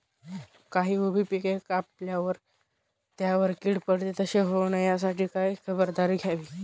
काही उभी पिके कापल्यावर त्यावर कीड पडते, तसे होऊ नये यासाठी काय खबरदारी घ्यावी?